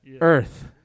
Earth